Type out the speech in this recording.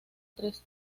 tres